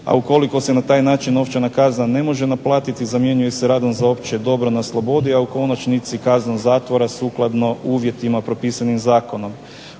a ukoliko se na taj način novčana kazna ne može naplatiti zamjenjuje se radom za opće dobro na slobodi a u konačnici kazna zatvora sukladno uvjetima propisanim zakonom.